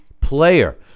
player